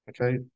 Okay